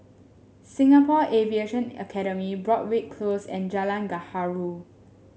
Singapore Aviation Academy Broadrick Close and Jalan Gaharu